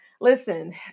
listen